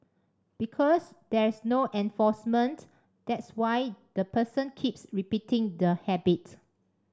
because there's no enforcement that's why the person keeps repeating the habits